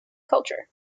culture